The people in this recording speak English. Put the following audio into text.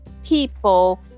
people